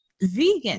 vegan